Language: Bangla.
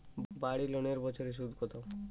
বাড়ি লোনের বছরে সুদ কত?